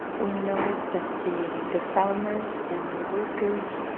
we know that the the farmers and the workers